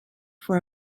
for